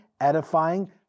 edifying